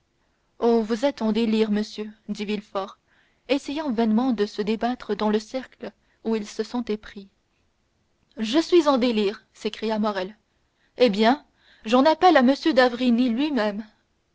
oh vous êtes en délire monsieur dit villefort essayant vainement de se débattre dans le cercle où il se sentait pris je suis en délire s'écria morrel eh bien j'en appelle à m d'avrigny lui-même